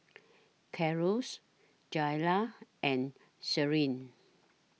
Carlos Jaylah and Shirlene